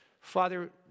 Father